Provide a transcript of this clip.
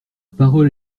parole